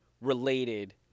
related